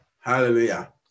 Hallelujah